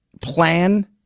plan